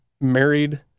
married